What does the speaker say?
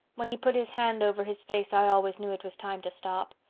when he put his hand over his face i always knew it was time to stop.